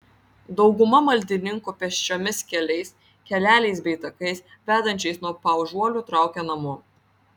dauguma maldininkų pėsčiomis keliais keleliais bei takais vedančiais nuo paužuolių traukia namo